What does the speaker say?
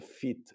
fit